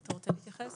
אתה רוצה להתייחס?